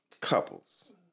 couples